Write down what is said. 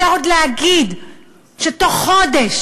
אפשר עוד להגיד שתוך חודש,